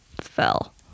fell